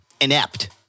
inept